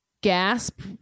gasp